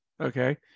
Okay